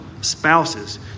spouses